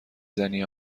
زنی